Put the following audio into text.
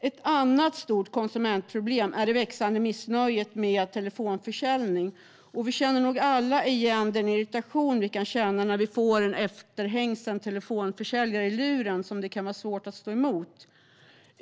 Ett annat stort konsumentproblem är det växande missnöjet med telefonförsäljning. Vi känner nog alla igen den irritation som kan uppstå när vi får en efterhängsen telefonförsäljare i luren som det kan vara svårt att stå emot.